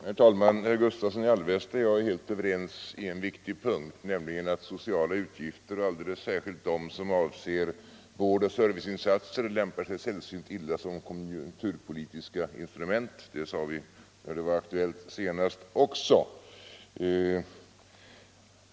Herr talman! Herr Gustavsson i Alvesta och jag är helt överens i en viktig punkt, nämligen att socialutgifter och alldeles särskilt de som avser vårdoch serviceinsatser lämpar sig sällsynt illa som konjunkturpolitiska instrument. Det sade vi också när denna fråga senast var aktuell.